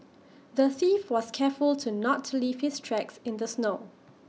the thief was careful to not leave his tracks in the snow